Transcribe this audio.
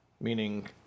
meaning